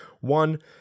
One